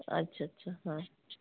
अच्छा अच्छा हाँ